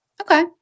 Okay